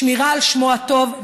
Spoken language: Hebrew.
שמירה על שמו הטוב,